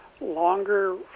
longer